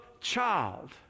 child